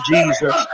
Jesus